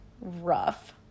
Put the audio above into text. rough